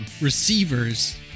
receivers